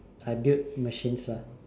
are dealt machines lah